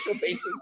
basis